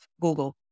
Google